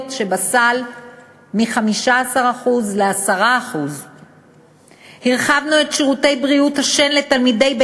שבסל מ-15% ל-10%; הרחבנו את שירותי בריאות השן לתלמידי בית-הספר,